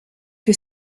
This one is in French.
que